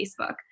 Facebook